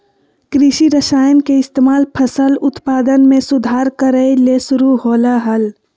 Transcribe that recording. कृषि रसायन के इस्तेमाल फसल उत्पादन में सुधार करय ले शुरु होलय हल